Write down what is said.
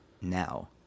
now